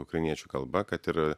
ukrainiečių kalba kad ir